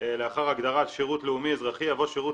לאחר הגדרת שירות לאומי אזרחי יבוא שירות